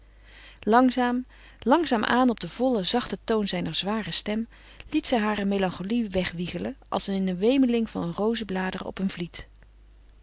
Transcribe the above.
langzaam langzaam aan op den vollen zachten toon zijner zware stem liet zij hare melancholie wegwiegelen als eene wemeling van rozenbladeren op een vliet